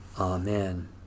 Amen